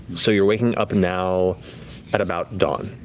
so you're waking up now at about dawn.